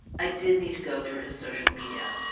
i did need to go through his social media.